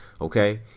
Okay